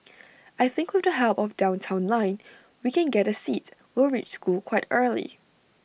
I think with the help of downtown line we can get A seat we'll reach school quite early